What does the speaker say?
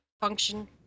function